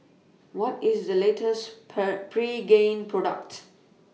What IS The latest Per Pregain Product